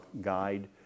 guide